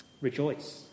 Rejoice